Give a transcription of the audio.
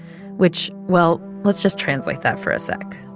which well, let's just translate that for a sec.